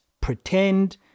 pretend